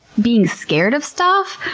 being scared of stuff,